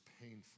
painful